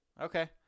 Okay